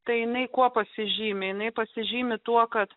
tai nei kuo pasižymi nei pasižymi tuo kad